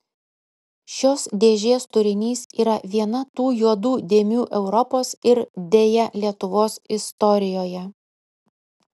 šios dėžės turinys yra viena tų juodų dėmių europos ir deja lietuvos istorijoje